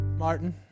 martin